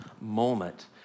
moment